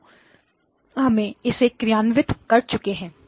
तो हम इसे क्रियान्वित कर चुके हैं